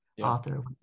author